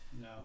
no